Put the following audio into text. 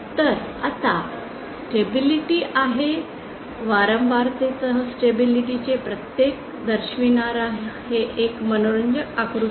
तर आता स्टेबिलिटी आहे वारंवारतेसह स्टेबिलिटी चे फरक दर्शविणारा हे एक मनोरंजक आकृती आहे